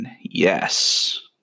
Yes